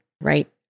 right